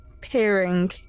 peering